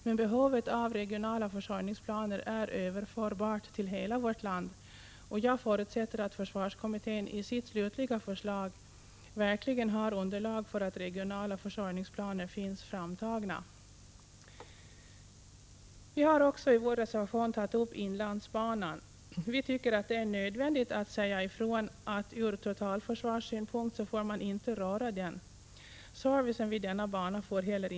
Men behovet av regionala försörjningsplaner är överförbart till hela vårt land, och jag förutsätter att försvarskommittén i sitt slutliga förslag verkligen ser till att regionala försörjningsplaner finns framtagna. Vi har också i vår reservation tagit upp inlandsbanan. Vi tycker att det är nödvändigt att säga ifrån att man ur totalförsvarssynpunkt inte får röra den. Inte heller får servicen vid denna bana försämras.